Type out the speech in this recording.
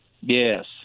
Yes